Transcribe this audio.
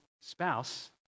spouse